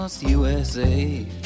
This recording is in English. USA